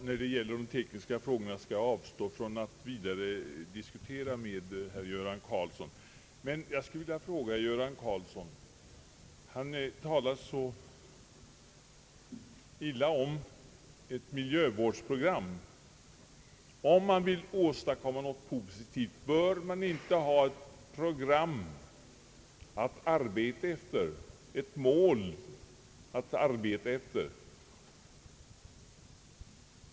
Herr talman! Jag skall avstå från att vidare diskutera de tekniska frågorna med herr Göran Karlsson. Herr Karlsson talar så illa om ett miljövårdsprogram, men jag skulle vilja fråga honom: Bör man inte ha ett program att arbeta efter, om man vill åstadkomma något positivt?